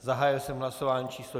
Zahájil jsem hlasování číslo 239.